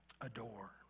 adore